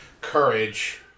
courage